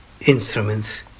instruments